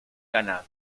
ganado